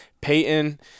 Peyton